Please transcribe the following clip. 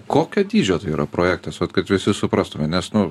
kokio dydžio tai yra projektas vat kad visi suprastume nes nu